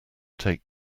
take